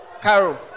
Carol